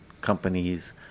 companies